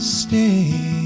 stay